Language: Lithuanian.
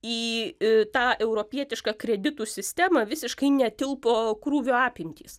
į tą europietišką kreditų sistemą visiškai netilpo krūvio apimtys